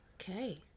Okay